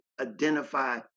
identify